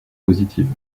positives